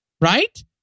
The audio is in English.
Right